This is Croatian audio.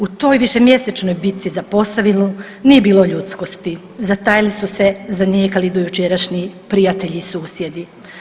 U toj višemjesečnoj bitci za Posavinu nije bilo ljudskosti, zatajili su, zanijekali dojučerašnji prijatelji i susjedi.